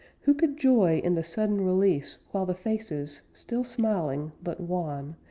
who could joy in the sudden release while the faces, still-smiling, but wan,